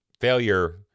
Failure